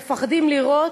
מפחדים לירות,